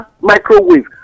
microwave